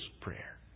prayer